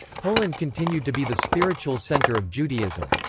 poland continued to be the spiritual center of judaism.